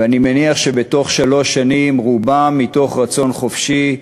ואני מניח שבתוך שלוש שנים רובם, מתוך רצון חופשי,